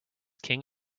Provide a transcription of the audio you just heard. king